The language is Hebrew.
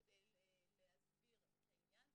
כדי להסביר את העניין.